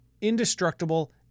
indestructible